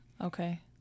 Okay